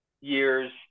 years